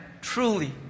truly